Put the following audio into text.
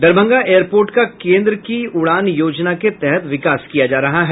Darbhanga airport का केंद्र की उड़ान योजना के तहत विकास किया जा रहा है